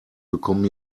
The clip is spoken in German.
bekommen